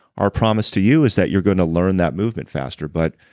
our promise to you is that you're gonna learn that movement faster. but,